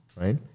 right